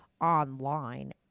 online